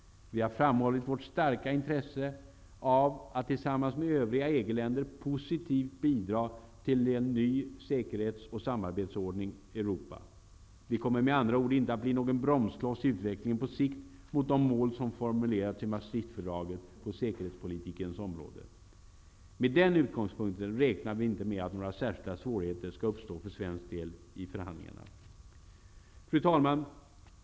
Vi har framhållit vårt starka intresse av att tillsammans med övriga EG länder positivt bidra till en ny säkerhets och samarbetsordning i Europa. Vi kommer med andra ord inte att bli någon bromskloss i utvecklingen på sikt mot de mål som formulerats i Med den utgångspunkten räknar vi inte med att några särskilda svårigheter skall uppstå för svensk del i förhandlingarna. Fru talman!